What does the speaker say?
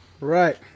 Right